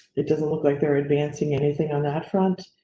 it doesn't look like they're advancing anything on that front.